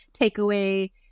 takeaway